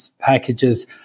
packages